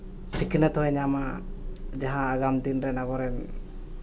ᱥᱤᱠᱷᱱᱟᱹᱛ ᱦᱚᱸᱭ ᱧᱟᱢᱟ ᱡᱟᱦᱟᱸ ᱟᱜᱟᱢ ᱫᱤᱱ ᱨᱮ ᱟᱵᱚ ᱨᱮᱱ